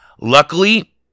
Luckily